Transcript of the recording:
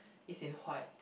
it's in white